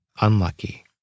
unlucky